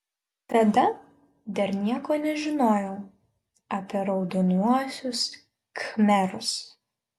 tada dar nieko nežinojau apie raudonuosius khmerus